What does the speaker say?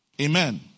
Amen